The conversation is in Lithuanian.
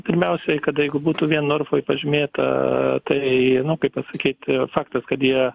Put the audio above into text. pirmiausiai kada jeigu būtų vien norfoj pažymėta tai kaip pasakyti faktas kad jie